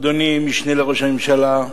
אדוני המשנה לראש הממשלה,